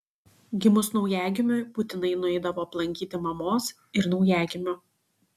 gimus naujagimiui būtinai nueidavo aplankyti mamos ir naujagimio